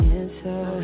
answer